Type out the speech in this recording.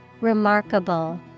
Remarkable